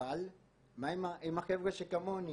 אבל מה עם החבר'ה שכמוני,